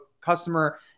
customer